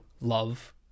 love